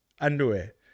underwear